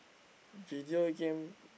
video game